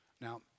Now